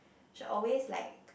she always like